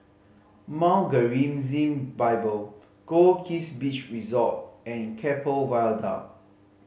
Mount Gerizim Bible Goldkist Beach Resort and Keppel Viaduct